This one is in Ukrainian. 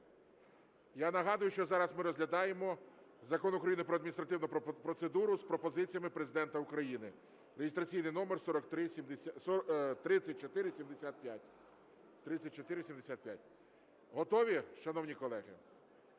Я нагадую, що зараз ми розглядаємо Закон України "Про адміністративну процедуру" з пропозиціями Президента України (реєстраційний номер 3475). Готові, шановні колеги?